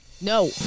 No